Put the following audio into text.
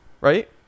right